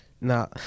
No